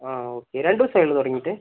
ആഹ് okay രണ്ട് ദിവസമേയായിട്ടുള്ളു തുടങ്ങിയിട്ട്